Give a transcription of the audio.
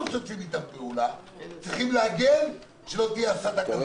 משתפים אתם פעולה צריכים להגן שלא תהיה הסתה כזו.